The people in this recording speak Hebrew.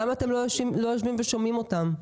למה אתם לא יושבים ושומעים אותם?